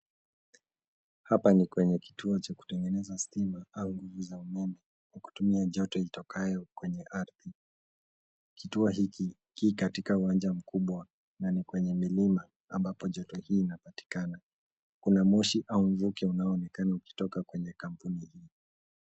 Hapa ni kwenye kituo cha kutengeneza stima au nguvu za umeme kwa kutumia joto itokayo kwenye ardhi. Kituo hiki ki katika uwanja mkubwa na kwenye milima ambapo joto hii inapatikana. Kuna moshi au mvuke unaoononekana kutoka kwenye kampuni hii.